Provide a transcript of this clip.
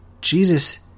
jesus